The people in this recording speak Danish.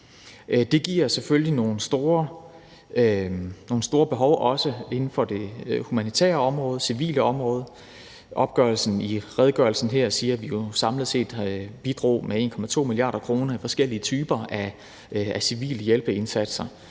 Det skaber selvfølgelig også nogle store behov inden for det humanitære, civile område. Opgørelsen i redegørelsen her siger, at vi samlet set har bidraget med 1,2 mia. kr. til forskellige typer af civile hjælpeindsatser.